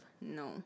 No